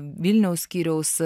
vilniaus skyriaus